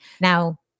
Now